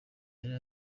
yari